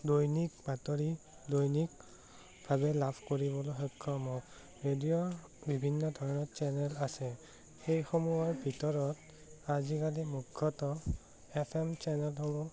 দৈনিক বাতৰি দৈনিকভাৱে লাভ কৰিবলৈ সক্ষম হওঁ ৰেডিঅ'ৰ বিভিন্ন ধৰণৰ চেনেল আছে সেইসমূহৰ ভিতৰত আজিকালি মুখ্যত এফ এম চেনেলসমূহ